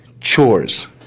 chores